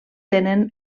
tenen